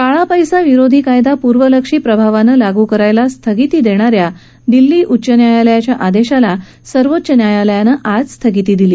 काळा पैसा विरोधी कायदा पूर्वलक्षी प्रभावानं लागू करायला स्थगिती देणाऱ्या दिल्ली उच्च न्यायालयाच्या आदेशाला सर्वोच्च न्यायालयानं आज स्थगिती दिली